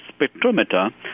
spectrometer